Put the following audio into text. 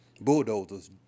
bulldozers